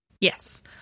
Yes